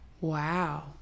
Wow